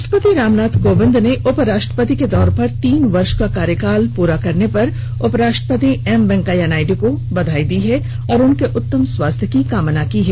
राष्ट्रपति रामनाथ कोविन्द ने उपराष्ट्रपति के तौर पर तीन वर्ष का कार्यकाल पूरा करने पर उप राष्ट्रपति एम वेंकैया नायडू को बधाई दी है और उनके उत्तम स्वास्थ्य की कामना की है